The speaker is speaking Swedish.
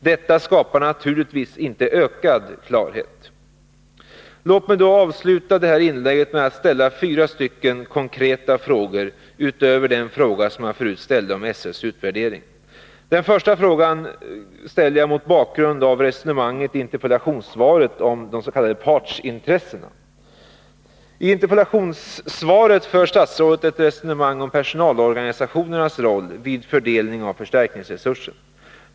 Detta skapar naturligtvis inte ökad klarhet. Låt mig få avsluta det här inlägget med att ställa fyra konkreta frågor, utöver den fråga som jag förut ställde om SÖ:s utvärdering. 1. Den första frågan ställer jag mot bakgrund av resonemanget i interpellationssvaret om de s.k. partsintressena. I interpellationssvaret för statsrådet ett resonemang om personalorganisationernas roll vid fördelningen av förstärkningsresursen.